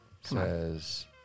says